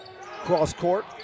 Cross-court